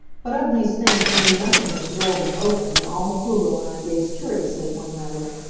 but of these things we knew nothing as the door was opened and alma pflugel and i gazed curiously at one another.